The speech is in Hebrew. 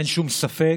אין שום ספק